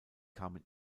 kamen